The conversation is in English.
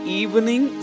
evening